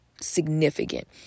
significant